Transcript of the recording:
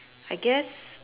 I guess